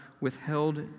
withheld